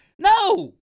No